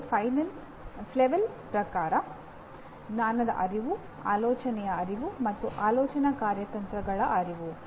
ಇದು ಫ್ಲೆವೆಲ್ ಪ್ರಕಾರ ಜ್ಞಾನದ ಅರಿವು ಆಲೋಚನೆಯ ಅರಿವು ಮತ್ತು ಆಲೋಚನಾ ಕಾರ್ಯತಂತ್ರಗಳ ಅರಿವು